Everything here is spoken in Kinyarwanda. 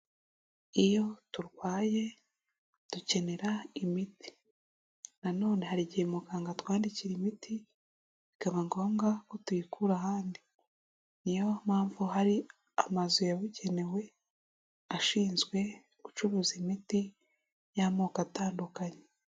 Iyo turwaye dukenera imiti na none hari igihe muganga twandikira imiti, bikaba ngombwa ko tuyikura ahandi. Niyo mpamvu hari amazu yabugenewe, ashinzwe gucuruza imiti y'amoko atandukanye.